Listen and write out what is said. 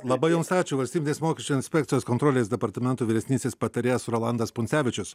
atsakomybė labai jums ačiū valstybinės mokesčių inspekcijos kontrolės departamento vyresnysis patarėjas rolandas puncevičius